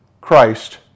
Christ